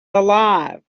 alive